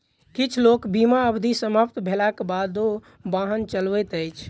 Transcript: किछ लोक बीमा अवधि समाप्त भेलाक बादो वाहन चलबैत अछि